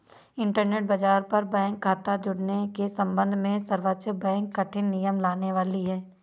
internet बाज़ार पर bank खता जुड़ने के सम्बन्ध में सर्वोच्च बैंक कठिन नियम लाने वाली है